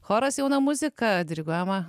choras jauna muzika diriguojama